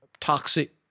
toxic